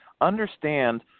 Understand